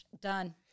done